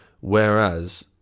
Whereas